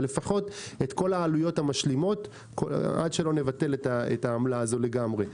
לפחות את כל העלויות המשלימות עד שנבטל את העמלה הזו לגמרי.